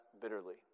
bitterly